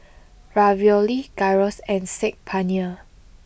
Ravioli Gyros and Saag Paneer